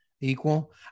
equal